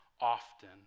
often